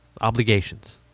obligations